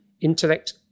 Intellect